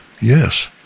yes